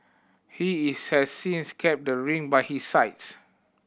he is has since kept the ring by his sides